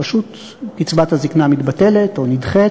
פשוט קצבת הזיקנה מתבטלת או נדחית,